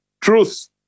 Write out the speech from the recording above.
truth